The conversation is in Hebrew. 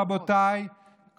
רבותיי,